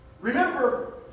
Remember